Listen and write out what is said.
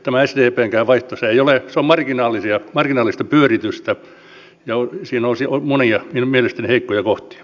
tämä sdpnkin vaihtoehto on marginaalista pyöritystä ja siinä on monia minun mielestäni heikkoja kohtia